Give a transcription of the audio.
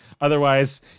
Otherwise